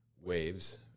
waves